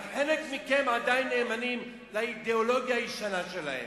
אבל חלק מכם עדיין נאמנים לאידיאולוגיה הישנה שלהם,